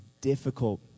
difficult